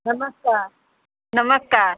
नमस्कार नमस्कार